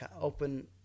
open